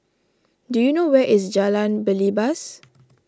do you know where is Jalan Belibas